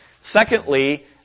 Secondly